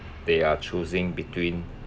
they are choosing between